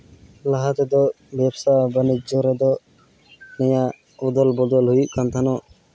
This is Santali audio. ᱞᱟᱦᱟ ᱛᱮᱫᱚ ᱵᱮᱵᱽᱥᱟ ᱵᱟᱱᱤᱡᱡᱚ ᱨᱮᱫᱚ ᱤᱧᱟᱹᱜ ᱚᱫᱚᱞ ᱵᱚᱫᱚᱞ ᱦᱩᱭᱩᱜ ᱠᱟᱱ ᱛᱟᱦᱮᱱᱚᱜ